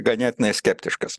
ganėtinai skeptiškas